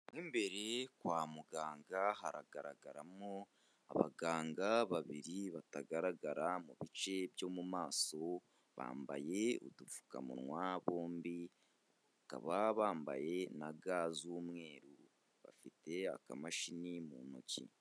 Mu imbere kwa muganga haragaragaramo abaganga babiri batagaragara mu bice byo mu maso bambaye udupfukamuwa bombi bakaba bambaye na ga z'umweru bafite akamashini mu ntoki.